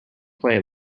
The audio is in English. play